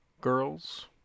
girls